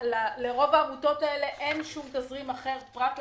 לרוב העמותות האלה אין שום תזרים אחר פרט לממשלתי.